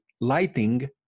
lighting